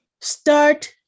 Start